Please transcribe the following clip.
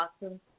awesome